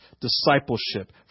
discipleship